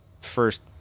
first